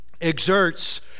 exerts